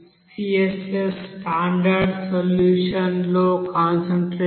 Css standard solution లో concentration